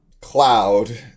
cloud